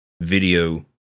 video